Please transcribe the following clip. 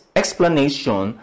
explanation